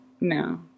no